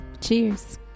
Cheers